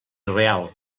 real